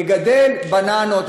לגדל בננות,